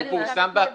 הוא גם פורסם באתר